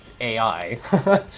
AI